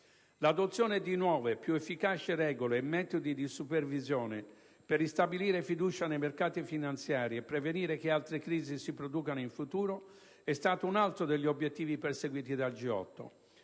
L'adozione di nuove, più efficaci regole e metodi di supervisione per ristabilire fiducia nei mercati finanziari e prevenire che altre crisi si producano in futuro, è stato un altro degli obiettivi perseguiti dal G8.